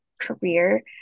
career